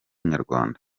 nyarwanda